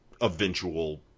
eventual